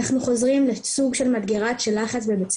אנחנו חוזרים לסוג של מדגרה של לחץ בבית הספר.